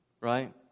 right